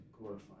glorify